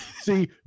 See